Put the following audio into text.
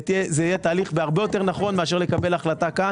זה יהיה תהליך הרבה יותר נכון מאשר לקבל החלטה כאן